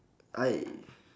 I